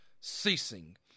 ceasing